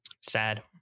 sad